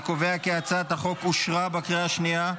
אני קובע כי הצעת החוק אושרה בקריאה השנייה.